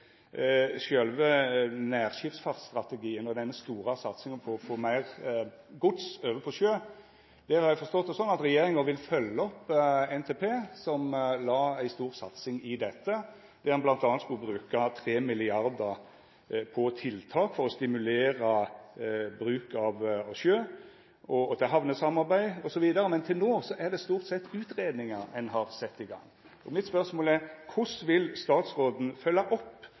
sjølve nærskipsfartsstrategien og den store satsinga på å få meir gods over på sjø. Der har eg forstått det sånn at regjeringa vil følgja opp NTP, som la ei stor satsing i dette, ved at ein bl.a. skulle bruka 3 mrd. kr på tiltak for å stimulera til bruken av sjø, og til hamnesamarbeid osv. Men til no er det stort sett utgreiingar ein har sett i gang. Mitt spørsmål er: Korleis vil statsråden no framover følgja opp